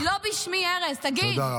לא בשמי, ארז, תגיד.